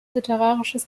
literarisches